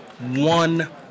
One